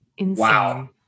wow